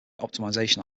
optimization